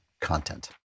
content